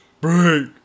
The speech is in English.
Break